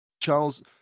charles